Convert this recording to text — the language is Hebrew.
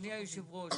אדוני היושב ראש,